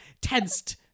tensed